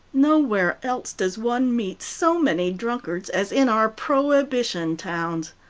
nowhere else does one meet so many drunkards as in our prohibition towns.